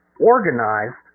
organized